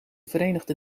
verenigde